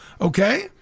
okay